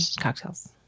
cocktails